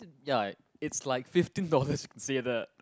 ya it's like fifteen dollars consider